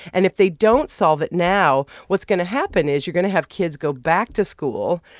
and if they don't solve it now, what's going to happen is you're going to have kids go back to school.